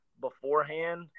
beforehand